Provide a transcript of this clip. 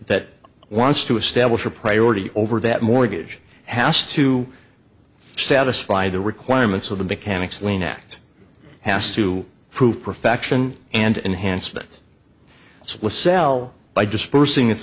that wants to establish a priority over that mortgage has to satisfy the requirements of the mechanic's lien act has to prove perfection and enhancements spliff sell by dispersing it